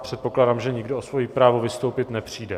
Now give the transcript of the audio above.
Předpokládám, že nikdo o svoje právo vystoupit nepřijde.